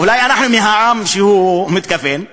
אולי אנחנו מהעם שהוא מתכוון אליו?